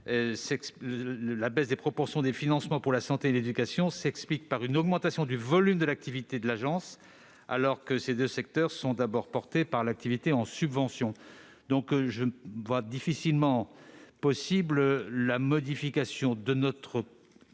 La baisse des proportions des financements pour la santé et l'éducation s'explique par une augmentation du volume de l'activité de l'Agence, alors que ces deux secteurs sont d'abord portés par l'activité en subventions. Au reste, la modification unilatérale